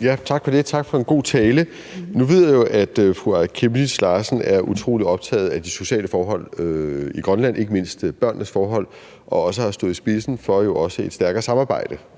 Lidegaard (RV): Tak for det, og tak for en god tale. Nu ved jeg jo, at fru Aaja Chemnitz Larsen er utrolig optaget af de sociale forhold i Grønland, ikke mindst børnenes forhold, og jo også har stået i spidsen for et stærkere samarbejde